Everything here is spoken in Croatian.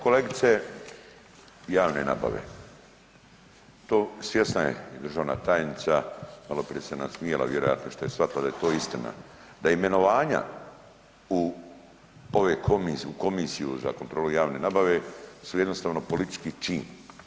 Kolegice, javne nabave to svjesna je i državna tajnica, malo prije se nasmijala vjerojatno što je shvatila da je to istina da imenovanja u komisiju za kontrolu javne nabave su jednostavno politički čin.